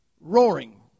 roaring